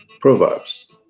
Proverbs